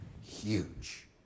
huge